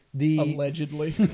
Allegedly